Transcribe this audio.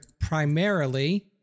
primarily